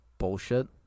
Bullshit